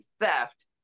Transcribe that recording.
theft